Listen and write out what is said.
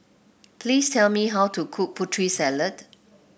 please tell me how to cook Putri Salad